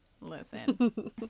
listen